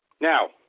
Now